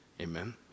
Amen